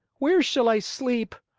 where shall i sleep?